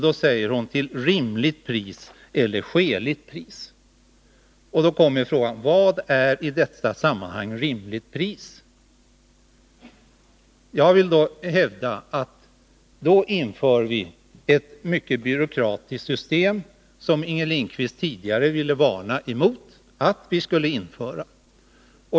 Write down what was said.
Då uppkommer frågan: Vad är i detta sammanhang ”rimligt pris”? Jag hävdar att detta vore att införa ett mycket byråkratiskt system, vilket Inger Lindquist ville varna för att vi skulle införa.